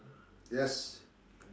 yes